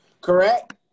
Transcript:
correct